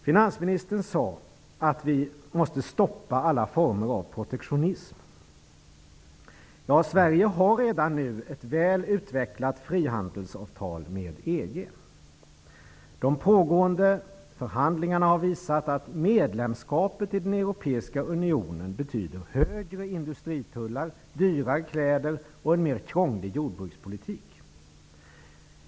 Finansministern sade att vi måste stoppa alla former av protektionism. Ja, Sverige har redan nu ett väl utvecklat frihandelsavtal med EG. De pågående förhandlingarna har visat att medlemskapet i den Europeiska Unionen betyder högre industritullar, dyrare kläder och en mer krånglig jordbrukspolitik.